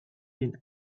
been